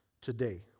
today